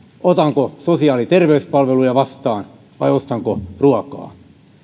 otanko sosiaali ja terveyspalveluja vastaan vai ostanko ruokaa